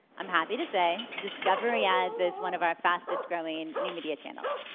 i'm happy to say discovery ads is one of our fastest growing new media channels,